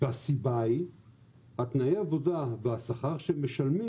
והסיבה היא תנאי העבודה והשכר שהם משלמים